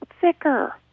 thicker